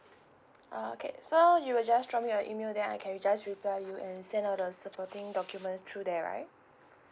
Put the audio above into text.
ah okay so you will just drop me your email then I can just reply you and send all the supporting documents through there right